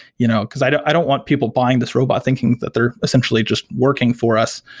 you know because i don't i don't want people buying this robot thinking that they are essentially just working for us.